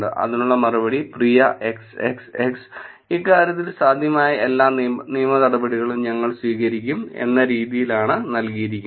അതിനുള്ള മറുപടി "പ്രിയ XXX ഇക്കാര്യത്തിൽ സാധ്യമായ എല്ലാ നിയമ നടപടികളും ഞങ്ങൾ സ്വീകരിക്കും"എന്ന രീതിയിലാണ് നൽകിയിരിക്കുന്നത്